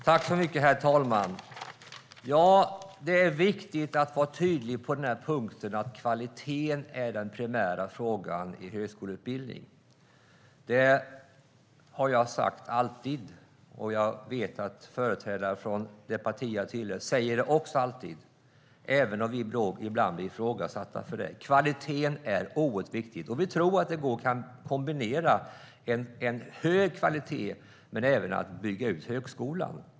Herr talman! Ja, det är viktigt att vara tydlig på den punkten, att kvaliteten är den primära frågan i högskoleutbildning. Det har jag alltid sagt. Och jag vet att företrädare för det parti som jag tillhör också alltid säger det, även om vi ibland blir ifrågasatta för det. Kvaliteten är oerhört viktig. Vi tror att det går att kombinera en hög kvalitet med att bygga ut högskolan.